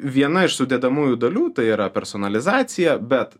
viena iš sudedamųjų dalių tai yra personalizacija bet